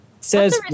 Says